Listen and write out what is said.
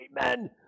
amen